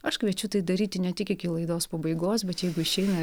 aš kviečiu tai daryti ne tik iki laidos pabaigos bet jeigu išeina